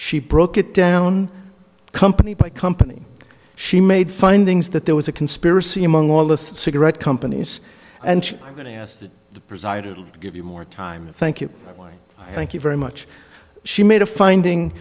she broke it down company by company she made findings that there was a conspiracy among all of a red companies and i'm going to ask the presiding to give you more time thank you i thank you very much she made a finding